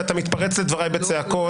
ואתה מתפרץ לדבריי בצעקות.